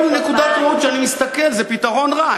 מכל נקודת ראות שאני מסתכל, זה פתרון רע.